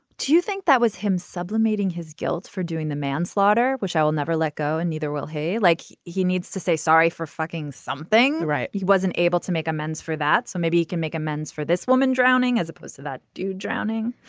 do you think that was him sublimating his guilt for doing the manslaughter which i will never let go and neither will hey like he needs to say sorry for fucking something right. he wasn't able to make amends for that. so maybe he can make amends for this woman drowning as opposed to that dude drowning.